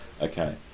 okay